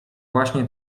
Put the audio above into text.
właśnie